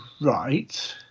Right